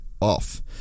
off